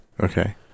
Okay